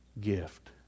gift